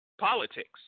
politics